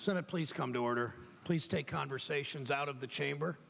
sort of please come to order please take conversations out of the chamber